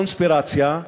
הקונספירציה,